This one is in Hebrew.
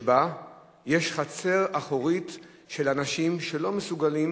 שבה "יש חצר אחורית של אנשים שלא מסוגלים